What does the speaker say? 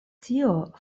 tio